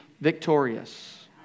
victorious